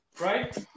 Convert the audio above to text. Right